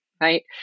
right